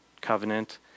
Covenant